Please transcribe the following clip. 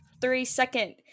three-second